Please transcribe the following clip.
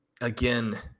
again